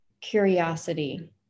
curiosity